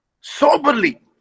soberly